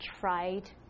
tried